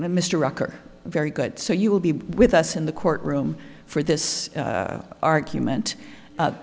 mr rucker very good so you will be with us in the court room for this argument